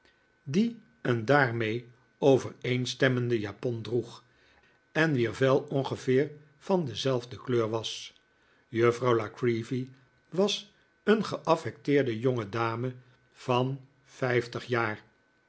die een daarmee overeenstemmende japon droeg en wier vel ongeveer van dezelfde kleur was juffrouw la creevy was een geaffecteerde jongedame van vijftig jaar